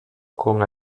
con